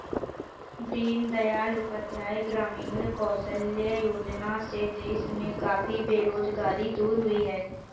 दीन दयाल उपाध्याय ग्रामीण कौशल्य योजना से देश में काफी बेरोजगारी दूर हुई है